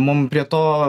mum prie to